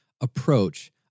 approach